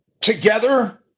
together